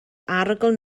arogl